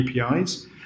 apis